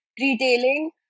retailing